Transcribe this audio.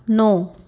नौ